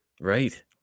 Right